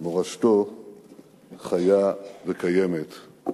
מורשתו חיה וקיימת.